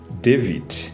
David